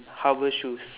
hover shoes